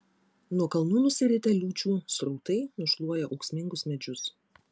nuo kalnų nusiritę liūčių srautai nušluoja ūksmingus medžius